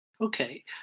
okay